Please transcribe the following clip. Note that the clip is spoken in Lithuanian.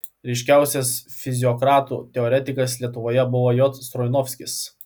ryškiausias fiziokratų teoretikas lietuvoje buvo j stroinovskis